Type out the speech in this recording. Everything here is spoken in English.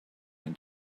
when